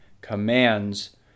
commands